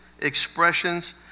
expressions